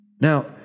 Now